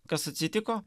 kas atsitiko